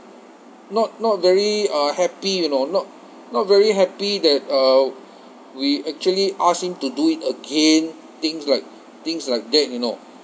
not not very uh happy you know not not very happy that uh we actually ask him to do it again things like things like that you know